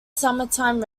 summertime